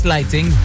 Lighting